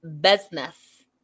business